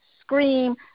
scream